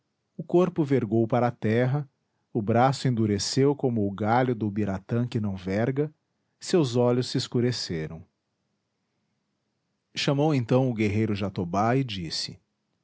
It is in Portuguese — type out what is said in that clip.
o corpo vergou para a terra o braço endureceu como o galho do ubiratã que não verga seus olhos se escureceram chamou então o guerreiro jatobá e disse